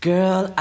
Girl